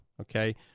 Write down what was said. okay